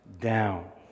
down